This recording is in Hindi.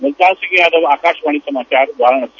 मुल्तान सिंह यादव आकाशवाणी समाचार वाराणसी